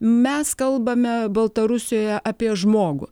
mes kalbame baltarusijoje apie žmogų